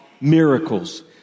miracles